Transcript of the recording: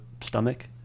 stomach